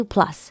Plus，